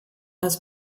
das